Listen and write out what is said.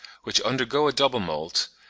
which undergo a double moult,